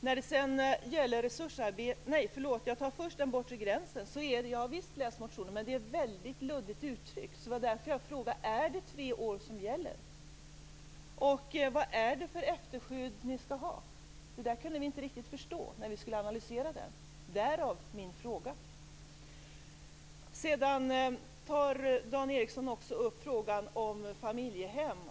Så den bortre gränsen. Jag har visst läst motionen. Men det är väldigt luddigt uttryckt. Det var därför jag frågade: Är det tre år som gäller? Vad är det för efterskydd ni skall ha? Det kunde vi inte riktigt förstå när vi skulle analysera förslaget. Därav min fråga. Dan Ericsson tar också upp frågan om familjehem.